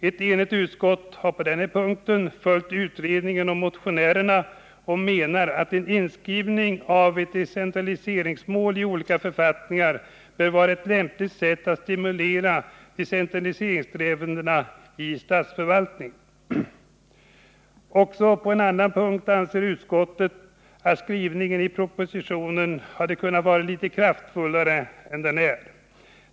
Ett enigt utskott har på denna punkt följt utredningen och motionerna och menar att en inskrivning av ett decentraliseringsmål i olika författningar bör vara ett lämpligt sätt att stimulera decentraliseringssträvandena i statsförvaltningen. Också på en annan punkt anser utskottet att skrivningen i propositionen hade kunnat vara litet kraftfullare än vad den är.